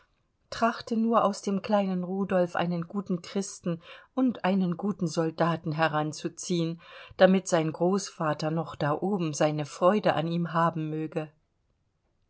trachte nur aus dem kleinen rudolf einen guten christen und einen guten soldaten heranzuziehen damit sein großvater noch da oben seine freude an ihm haben möge